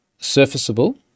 surfaceable